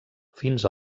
fins